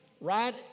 right